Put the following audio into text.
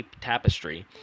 tapestry